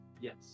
yes